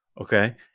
okay